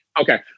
Okay